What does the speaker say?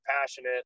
passionate